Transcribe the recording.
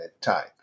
type